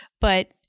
But-